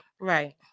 right